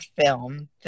film